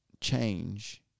Change